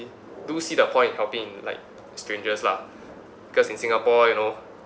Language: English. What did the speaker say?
do see the point in helping like strangers lah because in singapore you know